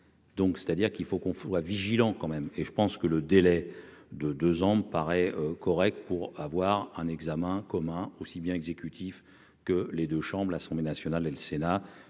Donc, c'est-à-dire qu'il faut qu'on soit vigilant quand même et je pense que le délai de 2 ans me paraît correct pour avoir un examen commun aussi bien exécutif que les 2 chambres, l'Assemblée nationale et le Sénat